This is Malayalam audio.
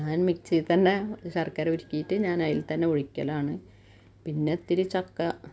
ഞാൻ മിക്സിത്തന്നെ ശർക്കര ഉരുക്കീട്ട് ഞാനതിൽ തന്നെ ഒഴിക്കലാണ് പിന്നെത്തിരി ചക്ക